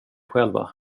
själva